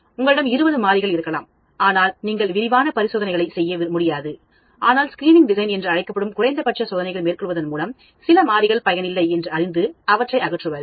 உங்களிடம் 20 மாறிகள் இருக்கலாம் ஆனால் நீங்கள் விரிவான பரிசோதனைகளை செய்ய முடியாது ஆனால் ஸ்கிரீனிங் டிசைன் என்று அழைக்கப்படும் குறைந்தபட்ச சோதனைகள்மேற்கொள்வதன் மூலம் சில மாறிகள் பயனில்லை என்று அறிந்து அவற்றை அகற்றுவார்கள்